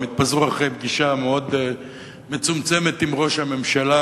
הם התפזרו אחרי פגישה מאוד מצומצמת עם ראש הממשלה,